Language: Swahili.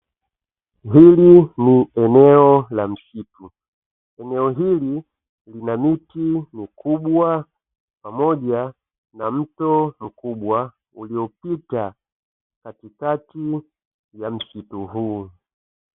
Hili ni eneo la msitu. Eneo hili lina miti mikubwa pamoja na mto mkubwa uliopita katikati ya msitu huu.